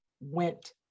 went